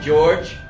George